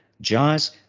jazz